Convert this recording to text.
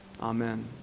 Amen